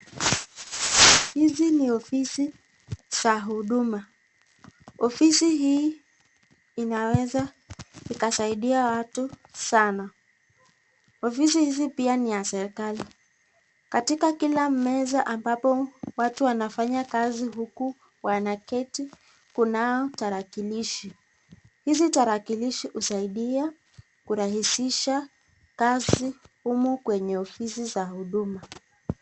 Hizi ni ofisi za huduma. Ofisi hii inaweza ikasiadia watu sanaa. Ofisi hizi pia ni ya serikali. Katika kila meza ambapo watu wanafanya kazi huku wanaketi kunao tarakilishi. Hizi tarakilishi husaidia kurahisisha kazi humu kwenye ofisi za huduma.